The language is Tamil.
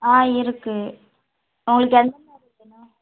ஆ இருக்குது உங்களுக்கு எந்த